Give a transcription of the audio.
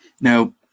Now